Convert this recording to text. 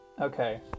Okay